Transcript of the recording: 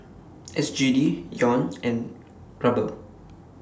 S G D Yuan and Ruble